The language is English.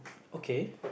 okay